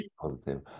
positive